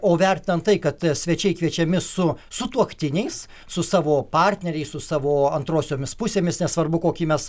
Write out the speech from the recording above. o vertinant tai kad svečiai kviečiami su sutuoktiniais su savo partneriais su savo antrosiomis pusėmis nesvarbu kokį mes